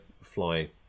fly